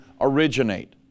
originate